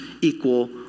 equal